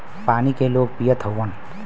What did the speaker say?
पानी के लोग पियत हउवन